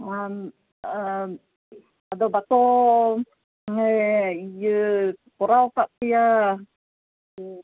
ᱟᱫᱚ ᱵᱟᱠᱚ ᱤᱭᱟᱹ ᱠᱚᱨᱟᱣ ᱟᱠᱟᱫ ᱯᱮᱭᱟ